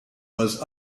was